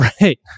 right